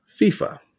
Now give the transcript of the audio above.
FIFA